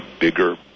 bigger